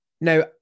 now